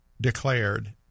declared